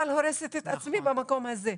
אבל הורסת את עצמי במקום הזה.